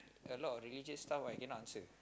a lot of religious stuff I cannot answer